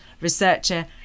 researcher